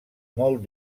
molt